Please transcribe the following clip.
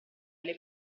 alle